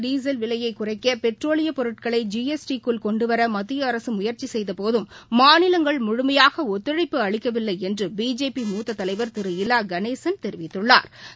diesel விலையைகுறைக்கபெட்ரோலியப் பொருட்களை G S T க்குள் மாநிலங்கள் கொண்டுவரமத்தியஅரசுமுயற்சிசெய்தபோதும் முழுமையாகஒத்துழைப்பு அளிக்கவில்லைஎன்றுபிஜேபி மூத்த தலைவா் திரு இல கணேசன் தெரிவித்துள்ளாா்